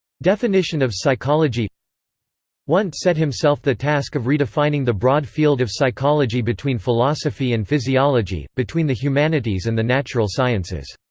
definition of psychology wundt set himself the task of redefining the broad field of psychology between philosophy and physiology, between the humanities and the natural sciences.